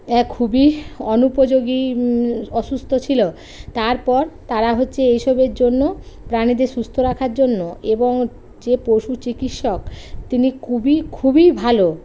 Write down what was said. খুবই অনুপযোগী অসুস্থ ছিলো তারপর তারা হচ্ছে এইসবের জন্য প্রাণীদের সুস্থ রাখার জন্য এবং যে পশু চিকিৎসক তিনি খুবই খুবই ভালো